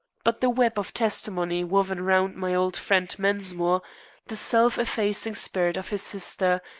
but the web of testimony woven round my old friend, mensmore the self-effacing spirit of his sister,